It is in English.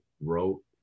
wrote